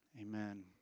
Amen